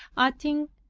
adding,